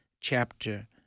chapter